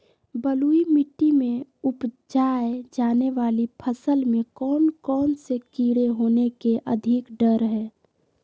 बलुई मिट्टी में उपजाय जाने वाली फसल में कौन कौन से कीड़े होने के अधिक डर हैं?